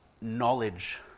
knowledge